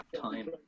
time